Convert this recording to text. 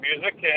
music